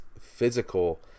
physical